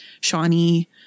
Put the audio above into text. Shawnee